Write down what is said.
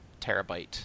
terabyte